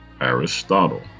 Aristotle